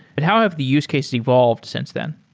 but how have the use case evolved since then?